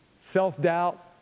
Self-doubt